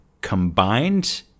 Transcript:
combined